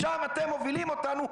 לשם אתם מובילים אותנו.